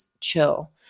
chill